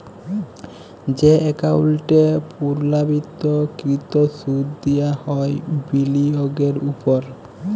যে একাউল্টে পুর্লাবৃত্ত কৃত সুদ দিয়া হ্যয় বিলিয়গের উপর